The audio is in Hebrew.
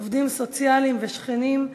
עובדים סוציאליים ושכנים,